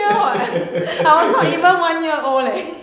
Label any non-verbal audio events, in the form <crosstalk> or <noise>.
<laughs>